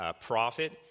profit